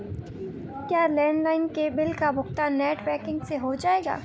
क्या लैंडलाइन के बिल का भुगतान नेट बैंकिंग से हो जाएगा?